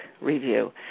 review